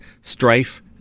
strife